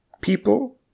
People